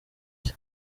cye